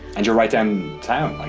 and you're right um downtown.